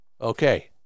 Okay